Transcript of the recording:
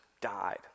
died